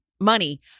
money